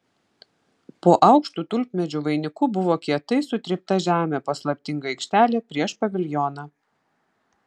po aukštu tulpmedžių vainiku buvo kietai sutrypta žemė paslaptinga aikštelė prieš paviljoną